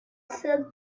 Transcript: silk